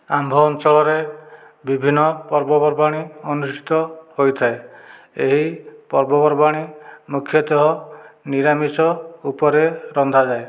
ଆମ୍ଭ ଅଞ୍ଚଳରେ ବିଭିନ୍ନ ପର୍ବପର୍ବାଣି ଅନୁଷ୍ଠିତ ହୋଇଥାଏ ଏହି ପର୍ବପର୍ବାଣି ମୁଖ୍ୟତଃ ନିରାମିଷ ଉପରେ ରନ୍ଧାଯାଏ